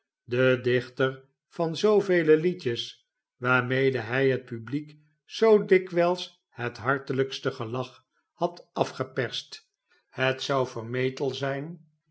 de dichter van zoovele liedjes waarmede hij het publiek zoo dikwijls het hartelijkste gelach had afgeperst het zou vermetel zijn